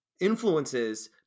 influences